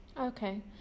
Okay